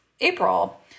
April